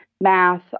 math